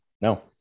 No